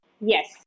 yes